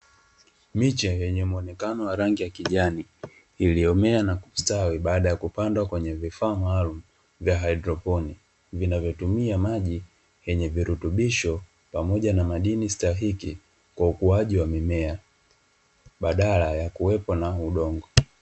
Miche yenye muonekano wa rangi ya kijani iliyomea na kustawi baada ya kupandwa kwenye vifaa maalum vya haidroponi, vinavotumia maji yenye virutubisho pamoja na madini stahiki kwa ukuaji wa mimea badala ya kuwepo na udongo.